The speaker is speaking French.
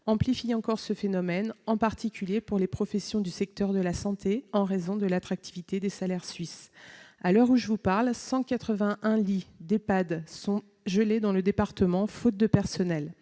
amplifie encore ce phénomène, en particulier pour les professions du secteur de la santé en raison de l'attractivité des salaires suisses. À l'heure où je vous parle, 181 lits d'Ehpad sont gelés dans le département, faute de personnel.